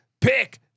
pick